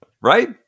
Right